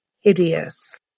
hideous